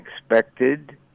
expected